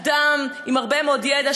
אדם עם הרבה מאוד ידע,